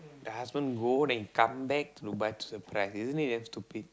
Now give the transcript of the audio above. the husband go then come back to Dubai to surprise isn't it damn stupid